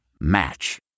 Match